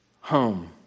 home